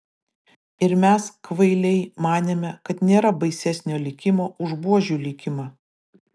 ir mes kvailiai manėme kad nėra baisesnio likimo už buožių likimą